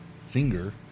singer